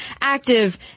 active